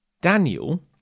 Daniel